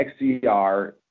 XCR